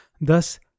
Thus